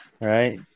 Right